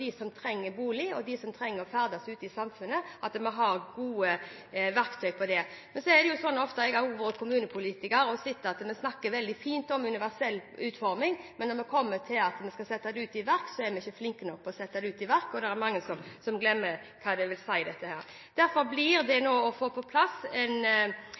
som trenger bolig, og for dem som trenger å ferdes ute i samfunnet, og at vi har gode verktøy for dette. Jeg har også vært kommunepolitiker og har hørt at en snakker veldig fint om universell utforming, men når det skal iverksettes, er en ofte ikke flink nok til å gjøre det. Det er mange som glemmer hva dette vil si. Derfor blir det å fokusere på universell utforming viktig for meg som